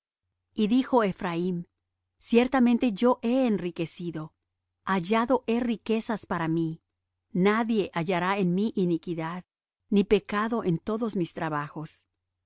y dijo ephraim ciertamente yo he enriquecido hallado he riquezas para mí nadie hallará en mí iniquidad ni pecado en todos mis trabajos